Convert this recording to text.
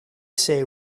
say